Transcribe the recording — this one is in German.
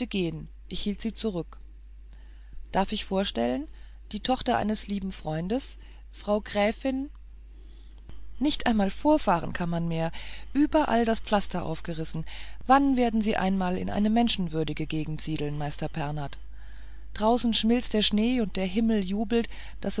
hielt sie zurück darf ich vorstellen die tochter eines lieben freundes frau gräfin nicht einmal vorfahren kann man mehr überall das pflaster aufgerissen wann werden sie einmal in eine menschenwürdige gegend siedeln meister pernath draußen schmilzt der schnee und der himmel jubelt